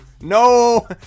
No